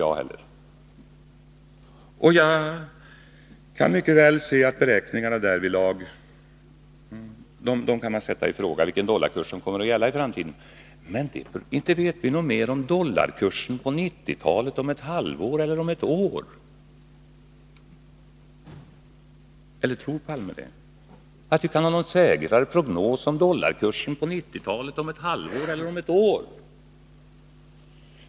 Jag inser mycket väl att man kan sätta i fråga beräkningarna därvidlag, men inte vet vi någonting mer om vilken dollarkurs som gäller på 1990-talet än om dollarkursen om ett halvår eller ett år. Eller tror Olof Palme att vi kan ha en säkrare prognos om dollarkursen då?